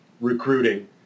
recruiting